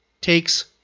takes